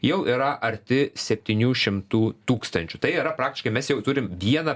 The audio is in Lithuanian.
jau yra arti septynių šimtų tūkstančių tai yra praktiškai mes jau turim dieną